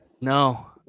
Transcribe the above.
No